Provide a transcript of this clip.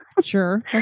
Sure